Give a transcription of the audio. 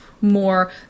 more